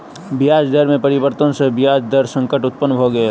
ब्याज दर में परिवर्तन सॅ ब्याज दर संकट उत्पन्न भ गेल